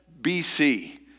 BC